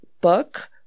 book